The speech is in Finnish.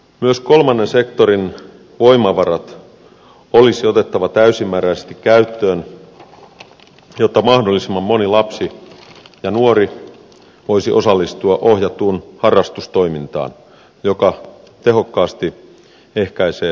myös kolmannen sektorin voimavarat olisi otettava täysimääräisesti käyttöön jotta mahdollisimman moni lapsi ja nuori voisi osallistua ohjattuun harrastustoimintaan joka tehokkaasti ehkäisee syrjäytymistä